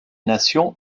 nations